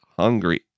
Hungry